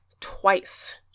twice